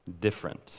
different